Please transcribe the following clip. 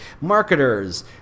marketers